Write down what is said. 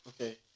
okay